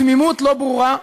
תמימות לא ברורה,